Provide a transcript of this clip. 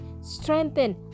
strengthen